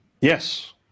Yes